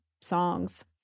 songs